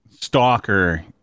stalker